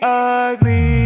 ugly